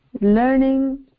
Learning